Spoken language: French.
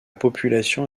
population